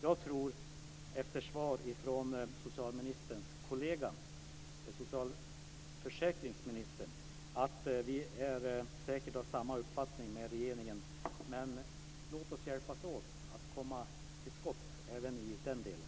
Jag tror efter svar från socialministerns kollega socialförsäkringsministern att regeringen säkert har samma uppfattning som vi, men låt oss hjälpas åt med att komma till skott även i den här delen.